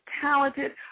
talented